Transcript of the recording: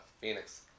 Phoenix